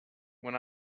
when